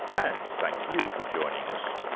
and thank you for joining us.